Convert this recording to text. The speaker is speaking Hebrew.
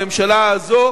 הממשלה הזו